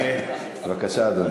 בבקשה, אדוני.